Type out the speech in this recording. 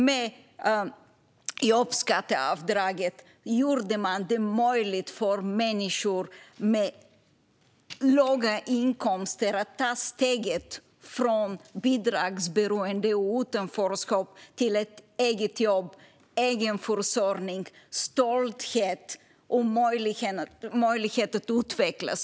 Med jobbskatteavdraget gjorde man det möjligt för människor med låga inkomster att ta steget från bidragsberoende och utanförskap till eget jobb, egen försörjning, stolthet och möjlighet att utvecklas.